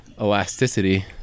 elasticity